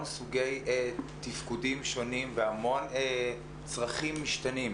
סוגי תפקודים שונים והמון צרכים משתנים.